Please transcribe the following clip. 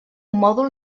mòdul